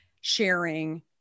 sharing